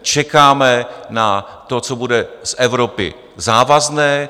Čekáme na to, co bude z Evropy závazné.